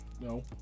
No